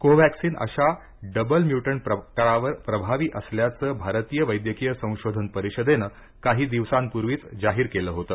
कोव्हॅक्सिन अशा double mutant प्रकारावर प्रभावी असल्याचं भारतीय वैद्यकीय संशोधन परिषदेनं काही दिवसांपूर्वीच जाहीर केलं होतं